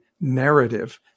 narrative